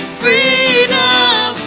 freedom